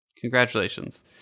Congratulations